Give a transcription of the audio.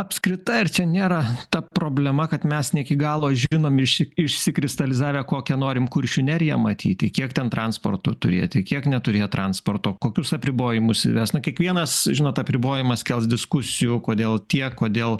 apskritai ar čia nėra ta problema kad mes ne iki galo žinome šį išsikristalizavę kokią norim kuršių neriją matyti kiek ten transporto turėti kiek neturėt transporto kokius apribojimus įvest na kiekvienas žinot apribojimas kels diskusijų kodėl tie kodėl